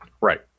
Right